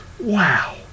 wow